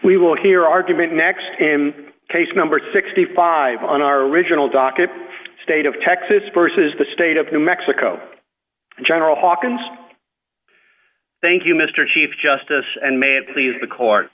will hear argument next him case number sixty five on our original docket state of texas versus the state of new mexico general hawkins thank you mr chief justice and may it please the court